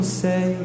say